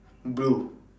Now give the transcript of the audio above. blue